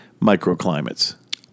microclimates